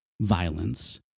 violence